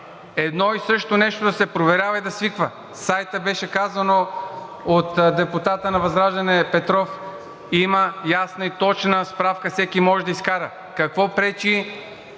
Едно и също нещо да се проверява и да свиква. В сайта беше казано от депутата на ВЪЗРАЖДАНЕ – Петров: „Има ясна и точна справка. Всеки може да изкара.“ Какво пречи